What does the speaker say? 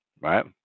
right